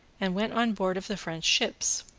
and went on board of the french ships.